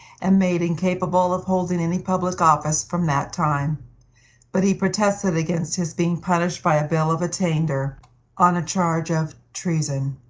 and made incapable of holding any public office from that time but he protested against his being punished by a bill of attainder on a charge of treason.